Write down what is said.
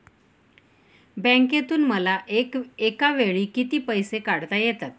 बँकेतून मला एकावेळी किती पैसे काढता येतात?